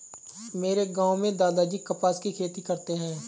मेरे गांव में दादाजी कपास की खेती करते हैं